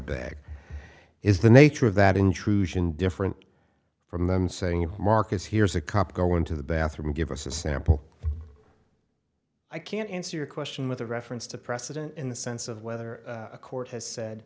bag is the nature of that intrusion different from them saying in markets here's a cop go into the bathroom give us a sample i can't answer your question with a reference to precedent in the sense of whether a court has said